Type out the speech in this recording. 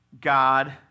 God